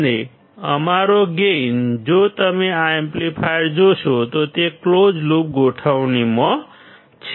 અને અમારો ગેઇન જો તમે આ એમ્પ્લીફાયર જોશો તો તે ક્લોઝ લૂપ ગોઠવણીમાં છે